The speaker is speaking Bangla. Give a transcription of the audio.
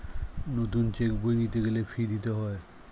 নতুন চেক বই নিতে গেলে ফি দিতে হয়